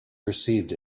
perceived